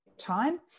time